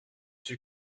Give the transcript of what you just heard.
suis